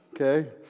okay